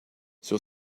sur